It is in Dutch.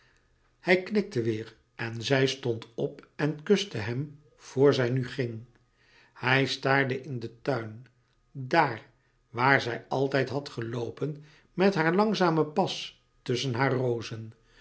hij knikte weêr en zij stond op en kuste hem voor zij nu ging hij staarde in den tuin daar waar zij altijd had geloopen met haar langzamen pas tusschen haar rozen